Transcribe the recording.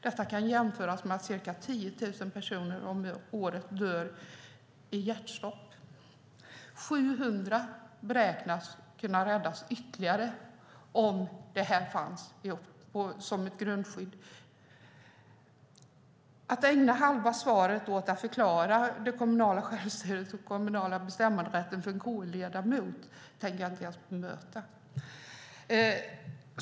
Detta kan jämföras med att ca 10 000 personer om året dör i hjärtstopp. 700 ytterligare beräknas kunna räddas om hjärtstartare finns som ett grundskydd. Att ägna halva svaret åt att förklara det kommunala självstyret och den kommunala bestämmanderätten för en KU-ledamot tänker jag inte ens bemöta.